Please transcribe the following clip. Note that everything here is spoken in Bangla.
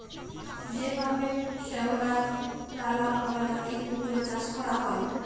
যেভাবে শেঁওলার লালা পরজাতির পুকুরে চাষ ক্যরা হ্যয়